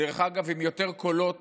דרך אגב, בהרבה יותר קולות